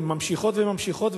הן ממשיכות וממשיכות,